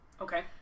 Okay